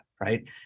right